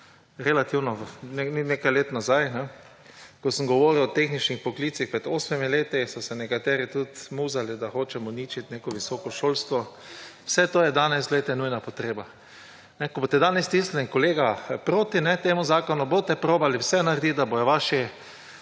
relativno nekaj let nazaj. Ko sem govoril o tehničnih poklicih pred osmimi leti, so se nekateri tudi muzali, da hočem uničiti neko visoko šolstvo. Vse to je danes, poglejte, nujna potreba. Ko boste danes stisnili, kolega, proti temu zakonu, boste probali vse narediti, da bodo vaši